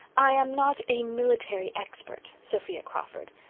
i am not a military expert, sophia crawford,